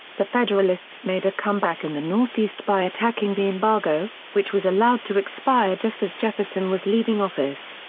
the federalists made a comeback in the northeast by attacking the embargo, which was allowed to expire just as jefferson was leaving office.